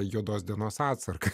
juodos dienos atsargas